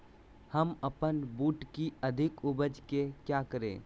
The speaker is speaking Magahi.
हम अपन बूट की अधिक उपज के क्या करे?